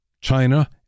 China